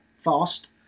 fast